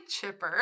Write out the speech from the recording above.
chipper